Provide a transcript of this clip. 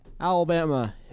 Alabama